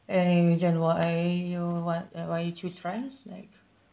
any reason why you want uh why you choose france like